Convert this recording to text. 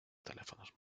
teléfonos